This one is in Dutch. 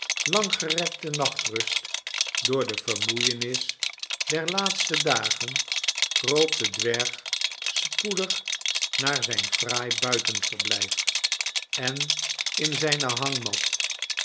langgerekte nachtrust door de vermoeienis der laatste dagen kroop de dwerg spoedig naar zijn fraai buitenverblijf en in zijne hangma